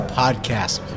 podcast